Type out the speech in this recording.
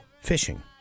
fishing